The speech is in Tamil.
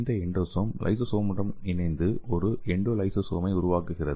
இந்த எண்டோசோம் லைசோசோமுடன் இணைந்து ஒரு எண்டோலைசோசோமை உருவாக்குகிறது